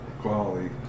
quality